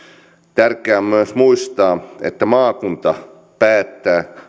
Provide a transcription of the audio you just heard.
tärkeää on myös muistaa että maakunta päättää